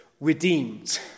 redeemed